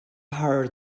har